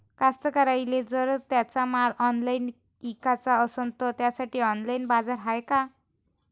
कास्तकाराइले जर त्यांचा माल ऑनलाइन इकाचा असन तर त्यासाठी ऑनलाइन बाजार हाय का?